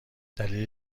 دلیل